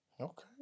Okay